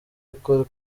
uko